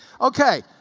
Okay